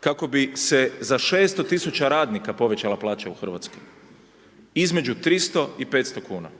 kako bi se za 600.000 radnika povećala plaća u Hrvatskoj, između 300 i 500 kuna,